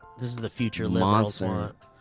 this is the future liberals want.